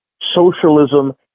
socialism